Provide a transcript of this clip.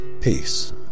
peace